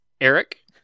Eric